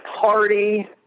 party